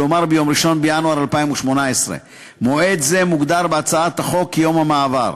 כלומר ביום 1 בינואר 2018. מועד זה מוגדר בהצעת החוק "יום המעבר".